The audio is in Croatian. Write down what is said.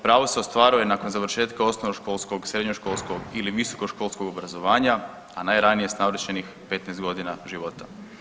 Pravo se ostvaruje nakon završetka osnovnoškolskog, srednjoškolskog ili visokoškolskog obrazovanja, a najranije s navršenih 15 godina života.